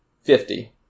Fifty